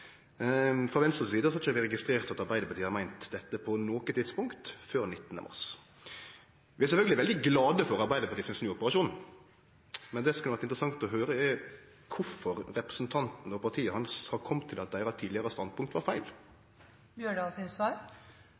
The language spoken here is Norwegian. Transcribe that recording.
Frå Venstre si side har vi ikkje registrert at Arbeidarpartiet har meint dette på noko tidspunkt før 19. mars. Vi er sjølvsagt veldig glade for Arbeidarpartiet sin snuoperasjon, men det som kunne ha vore interessant å høyre, er kvifor representanten Holen Bjørdal og partiet hans har kome til at deira tidlegare standpunkt var feil.